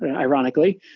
ironically,